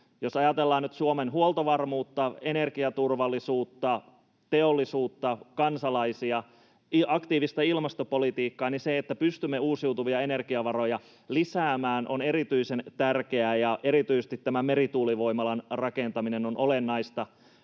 Jos ajatellaan nyt Suomen huoltovarmuutta, energiaturvallisuutta, teollisuutta, kansalaisia, aktiivista ilmastopolitiikkaa, niin se, että pystymme uusiutuvia energiavaroja lisäämään, on erityisen tärkeää, ja erityisesti tämä merituulivoimaloiden rakentaminen on olennaista